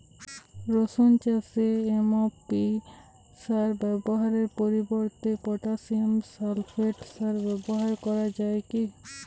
রসুন চাষে এম.ও.পি সার ব্যবহারের পরিবর্তে পটাসিয়াম সালফেট সার ব্যাবহার করা যায় কি?